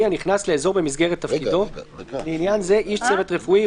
אני אכנס רגע לנעליים של משרד הבריאות.